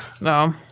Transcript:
No